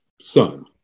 son